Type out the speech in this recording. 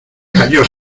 calló